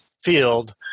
field